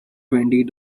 twenty